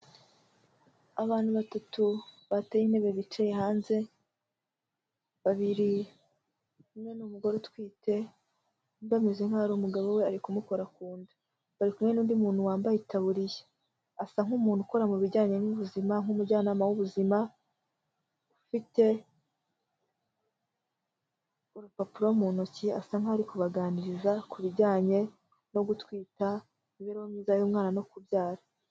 Abantu batatu bateye intebe bicaye hanze, babiri umwe ni umugore utwite undi ameze nkaho ari umugabo we ari kumukora ku nda, bari kumwe n'undi muntu wambaye itaburiya asa nk'umuntu ukora mu bijyanye n'ubuzima nk'umujyanama w'ubuzima, ufite urupapuro mu ntoki asa nkaho ari kubaganiriza ku bijyanye no gutwita imibereho myiza y'umwana no kubyara.